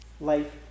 life